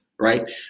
Right